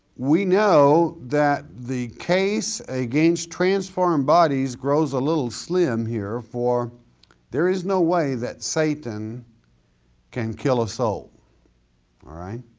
we know that the case against transformed bodies grows a little slim here, for there is no way that satan can kill a soul all right.